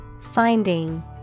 Finding